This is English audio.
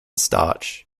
starch